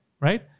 Right